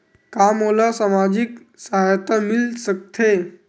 का मोला सामाजिक सहायता मिल सकथे?